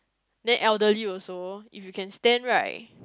then elderly also if you can stand right